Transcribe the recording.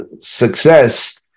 success